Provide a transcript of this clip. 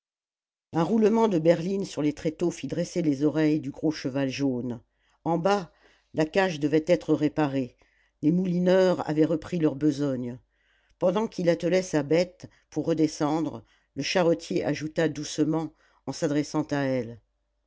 un roulement de berlines sur les tréteaux fit dresser les oreilles du gros cheval jaune en bas la cage devait être réparée les moulineurs avaient repris leur besogne pendant qu'il attelait sa bête pour redescendre le charretier ajouta doucement en s'adressant à elle